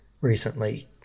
recently